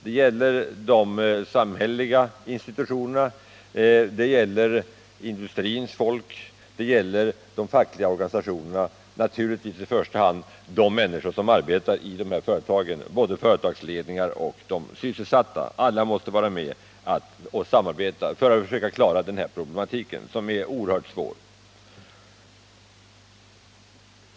Det gäller de samhälleliga institutionerna, industrins folk och de fackliga organisationerna men naturligtvis i första hand de människor som arbetar i dessa företag, både företagsledningar och övriga sysselsatta. Alla måste samarbeta för att försöka lösa de oerhört svåra problemen.